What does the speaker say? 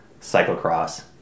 cyclocross